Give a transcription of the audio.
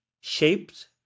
shaped